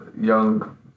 young